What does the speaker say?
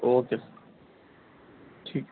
okay sir ٹھیک ہے